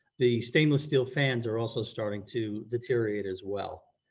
the stainless steel fans are also starting to deteriorate as well.